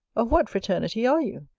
of what fraternity are you,